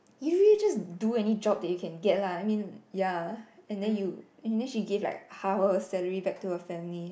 you really just do any job that you can get lah I mean ya and then you and then she give like half of her salary back to her family